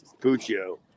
Puccio